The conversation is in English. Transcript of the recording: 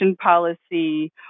policy